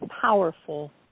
powerful